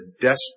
desperate